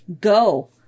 go